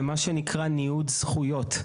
זה מה שנקרא ניוד זכויות.